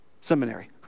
seminary